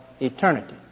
Eternity